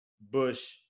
Bush